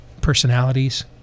personalities